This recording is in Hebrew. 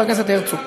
חבר הכנסת הרצוג,